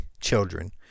children